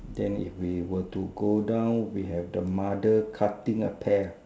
then if we were to go down we have the mother cutting a pear